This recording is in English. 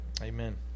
Amen